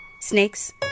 snakes